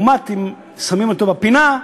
אם שמים אותו בפינה,